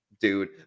dude